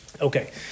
Okay